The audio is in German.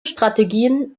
strategien